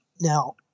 Now